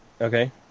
Okay